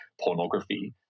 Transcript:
pornography